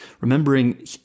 remembering